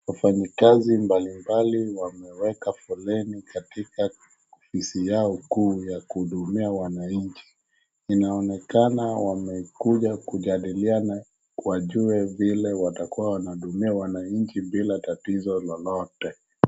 Wafanyikazi mbali mbali wameweka foleni katika ofisi yao kuu ya kuhudumia wananchi. Inaonekana wamekuja kujadiliana wajue vile watakua wanahudumia wananchi bila tatizo lolote.